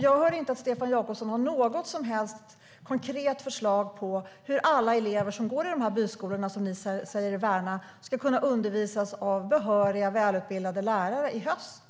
Jag hör inte att Stefan Jakobsson har något som helst konkret förslag på hur alla elever som går i de byskolor som ni säger er värna ska kunna undervisas av behöriga, välutbildade lärare i höst.